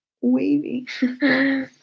wavy